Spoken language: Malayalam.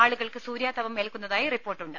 ആളുകൾക്ക് സൂര്യാതപം ഏൽക്കുന്നതായി റിപ്പോർട്ടുണ്ട്